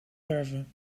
verven